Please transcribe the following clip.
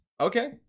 Okay